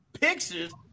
pictures